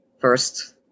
first